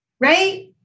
right